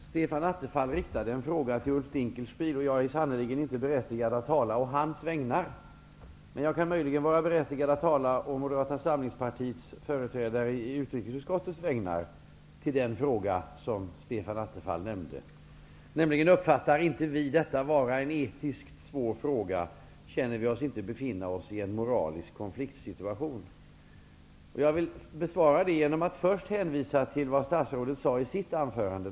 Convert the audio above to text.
Fru talman! Stefan Attefall riktade en fråga till Ulf Dinkelspiel. Jag är sannerligen inte berättigad att tala å hans vägnar, men jag kan möjligen vara berättigad att tala å Moderata samlingspartiets företrädare i utrikesutskottes vägnar i den fråga Stefan Attefall nämnde. Det gällde om vi inte uppfattar detta som en etiskt svår fråga och om vi inte befinner oss i en moralisk konfliktsituation. Jag vill besvara detta genom att först hänvisa till vad statsrådet sade i sitt anförande.